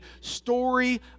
story